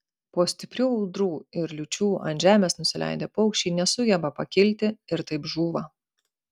po stiprių audrų ir liūčių ant žemės nusileidę paukščiai nesugeba pakilti ir taip žūva